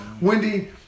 Wendy